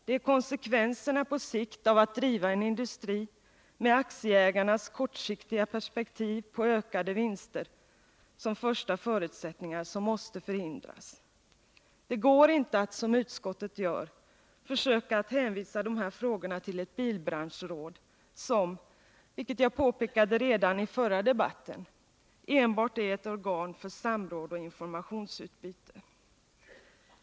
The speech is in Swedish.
Det är konsekvenserna på sikt av att driva en industri med aktieägarnas kortsiktiga perspektiv på ökade vinster som första förutsättning som måste förhindras. Det går inte att, som utskottet gör, försöka att hänvisa dessa frågor till ett bilbranschråd, som — vilket jag påpekade redan i förra debatten — enbart är ett organ för samråd och informationsutbyte.